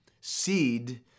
seed